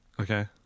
Okay